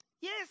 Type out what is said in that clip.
Yes